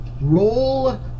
roll